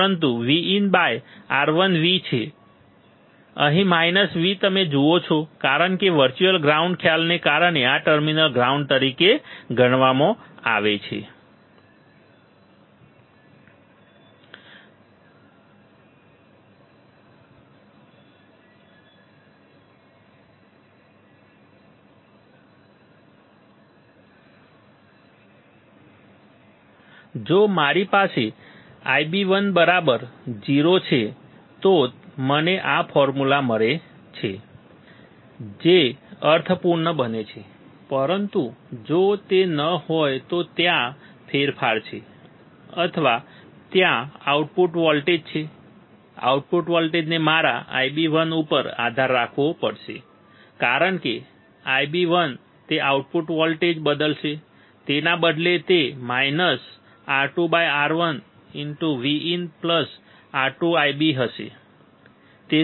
અહીં minus V તમે જુઓ છો કારણ કે વર્ચ્યુઅલ ગ્રાઉન્ડના ખ્યાલને કારણે આ ટર્મિનલને ગ્રાઉન્ડ તરીકે ગણવામાં આવશે જો મારી પાસે Ib1 0 છે તો મને આ ફોર્મ્યુલા મળે છે જે અર્થપૂર્ણ બને છે પરંતુ જો તે ન હોય તો ત્યાં ફેરફાર છે અથવા ત્યાં આઉટપુટ વોલ્ટેજ છે આઉટપુટ વોલ્ટેજને મારા Ib1 ઉપર આધાર રાખવો પડશે કારણ કે Ib1 તે આઉટપુટ વોલ્ટેજ બદલશે તેના બદલે તે R2R1 Vin R2Ib1 હશે